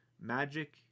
magic